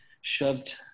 shoved